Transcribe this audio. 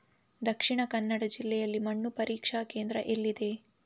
ದಕ್ಷಿಣ ಕನ್ನಡ ಜಿಲ್ಲೆಯಲ್ಲಿ ಮಣ್ಣು ಪರೀಕ್ಷಾ ಕೇಂದ್ರ ಎಲ್ಲಿದೆ?